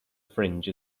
fringe